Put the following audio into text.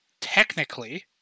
technically